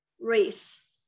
race